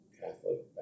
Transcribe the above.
Catholic